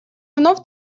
вновь